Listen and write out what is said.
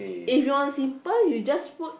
if you're simple you just put